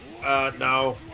no